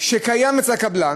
שקיים אצל הקבלן.